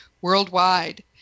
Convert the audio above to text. worldwide